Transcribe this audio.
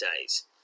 days